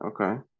Okay